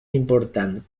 important